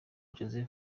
josé